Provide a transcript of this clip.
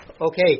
Okay